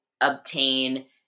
obtain